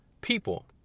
people